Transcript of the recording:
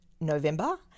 November